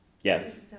yes